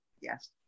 Yes